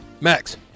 Max